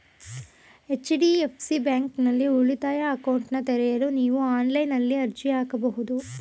HDFC ಬ್ಯಾಂಕ್ನಲ್ಲಿ ಉಳಿತಾಯ ಅಕೌಂಟ್ನನ್ನ ತೆರೆಯಲು ನೀವು ಆನ್ಲೈನ್ನಲ್ಲಿ ಅರ್ಜಿ ಹಾಕಬಹುದು